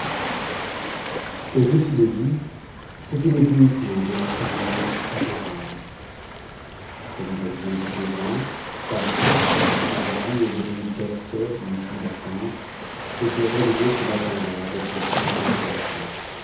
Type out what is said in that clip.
au-dessus de lui c'était l'éblouissement d'un après dîner adorable comme il advient tous les ans paris qui s'était endormi au bruit berceur d'une pluie battante s'était réveillé ce matin-là avec le printemps sur la tête